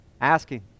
asking